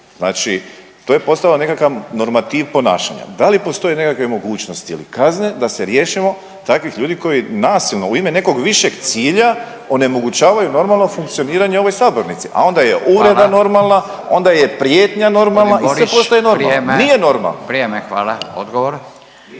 znači to je postao nekakav normativ ponašanja. Da li postoje nekakve mogućnosti ili kazne da se riješimo takvih ljudi koji nasilno u ime nekog višeg cilja onemogućavaju normalno funkcioniranje ove sabornice, a onda je uvreda normalna…/Upadica Radin: Hvala/… onda je prijetnja normalna …/Upadica